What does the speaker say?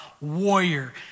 warrior